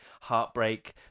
heartbreak